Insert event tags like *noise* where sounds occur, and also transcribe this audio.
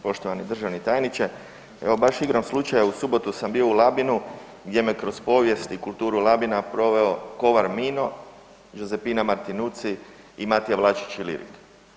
Poštovani državni tajniče, evo baš igrom slučaja, u subotu sam bio u Labinu gdje me kroz povijest i kulturu Labina proveo ... *unintelligible* Giuseppina Martinuzzi i Matija Vlačić Ilirik.